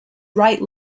right